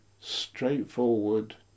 straightforward